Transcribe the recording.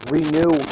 Renew